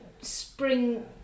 spring